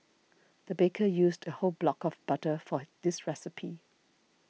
the baker used a whole block of butter for this recipe